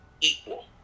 equal